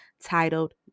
titled